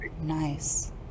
Nice